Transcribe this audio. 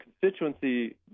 constituency